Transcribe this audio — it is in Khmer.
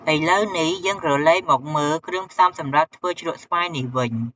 ឥឡូវនេះ យើងក្រឡេកមកមើលគ្រឿងផ្សំសម្រាប់ធ្វើជ្រក់ស្វាយនេះវិញ។